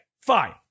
fine